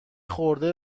خورده